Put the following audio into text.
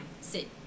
Sit